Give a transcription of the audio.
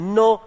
no